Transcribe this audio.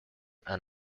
and